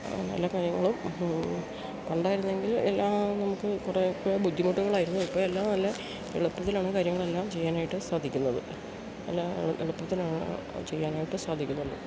എല്ലാ കാര്യങ്ങളും പണ്ടായിരുന്നെങ്കിൽ എല്ലാം നമുക്ക് കുറെയൊക്കെ ബുദ്ധിമുട്ടുകളായിരുന്നു ഇപ്പോഴെല്ലാം നല്ല എളുപ്പത്തിലാണ് കാര്യങ്ങളെല്ലാം ചെയ്യാനായിട്ട് സാധിക്കുന്നത് നല്ല എളുപ്പത്തില് ചെയ്യാനായിട്ട് സാധിക്കുന്നുണ്ട്